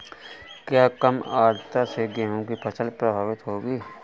क्या कम आर्द्रता से गेहूँ की फसल प्रभावित होगी?